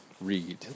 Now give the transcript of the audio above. read